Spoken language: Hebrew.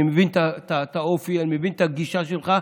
אני מבין את האופי, אני מבין את הגישה שלך,